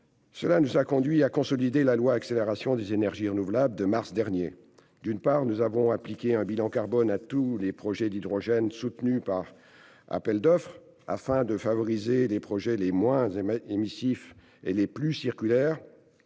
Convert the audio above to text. Cela nous a conduits à consolider la loi relative à l'accélération de la production d'énergies renouvelables de mars dernier : d'une part, nous avons imposé un bilan carbone à tous les projets d'hydrogène soutenus par appels d'offres, afin de favoriser les projets les moins émissifs et les plus circulaires